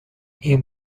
این